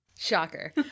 Shocker